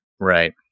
Right